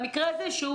במקרה הזה,